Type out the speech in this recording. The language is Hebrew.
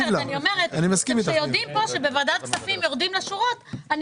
יודעים שבוועדת כספים נותנים תשובות אני